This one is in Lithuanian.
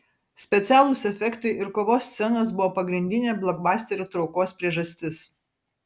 specialūs efektai ir kovos scenos buvo pagrindinė blokbasterio traukos priežastis